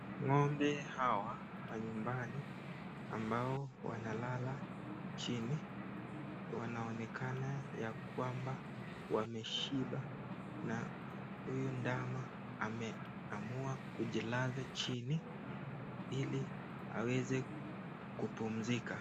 Ng'ombe hawa wa nyumbani ambao wanalala chini wanaonekana ya kwamba wameshiba na huyu ndama ameamua kujilaza chini ili aweze kupumzika.